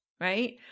right